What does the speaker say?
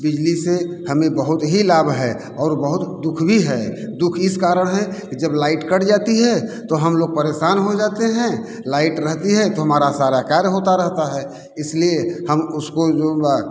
बिजली से हमें बहुत ही लाभ है और बहुत दुःख भी है दुःख इस कारण है कि जब लाइट कट जाती है तो हम लोग परेशान हो जाते हैं लाइट रहती है तो हमारा सारा कार्य होता रहता है इसलिए हम उसको